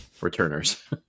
returners